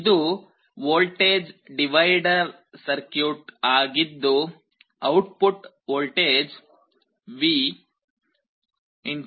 ಇದು voltage divider circuit ಆಗಿದ್ದು output voltage V